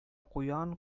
куян